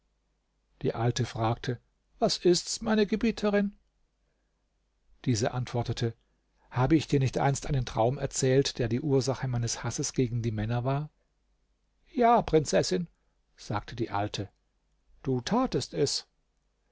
die alte fragte was ist's meine gebieterin diese antwortete habe ich dir nicht einst einen traum erzählt der die ursache meines hasses gegen die männer war ja prinzessin sagte die alte du tatest es